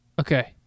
Okay